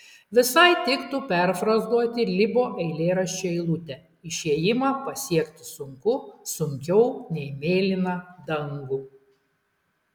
visai tiktų perfrazuoti libo eilėraščio eilutę išėjimą pasiekti sunku sunkiau nei mėlyną dangų